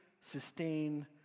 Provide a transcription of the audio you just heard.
sustain